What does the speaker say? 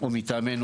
או מטעמנו,